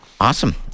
Awesome